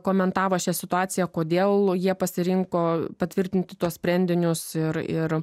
komentavo šią situaciją kodėl jie pasirinko patvirtinti tuos sprendinius ir ir